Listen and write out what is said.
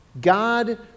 God